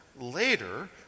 later